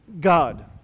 God